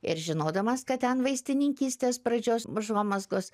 ir žinodamas kad ten vaistininkystės pradžios užuomazgos